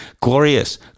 Glorious